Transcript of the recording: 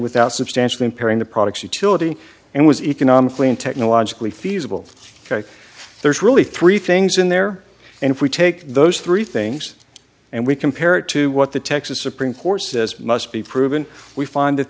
without substantial impairing the products utility and was economically in technologically feasible there's really three things in there and if we take those three things and we compare it to what the texas supreme court says must be proven we find that